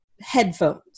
headphones